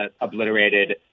obliterated